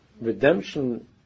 redemption